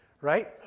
right